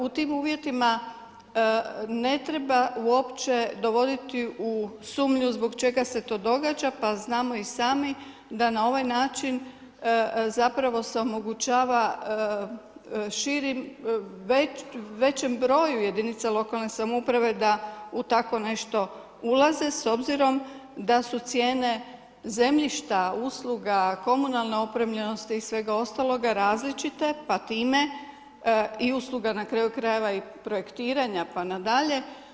U tim uvjetima ne treba uopće dovoditi u sumnju zbog čega se to događa, pa znamo i sami da na ovaj način zapravo se omogućava širim, većem broju jedinica lokalne samouprave da u tako nešto ulaze s obzirom da su cijene zemljišta, usluga, komunalne opremljenosti i svega ostaloga različite pa time i usluga na kraju krajeva i projektiranja pa na dalje.